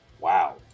Wow